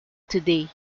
today